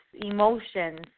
emotions